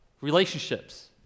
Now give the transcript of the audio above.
relationships